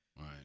Right